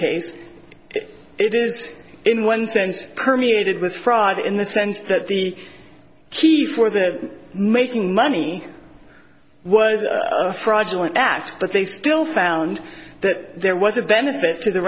case it did in one sense permeated with fraud in the sense that the key for the making money was a fraudulent tax but they still found that there was a benefit to the